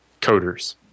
coders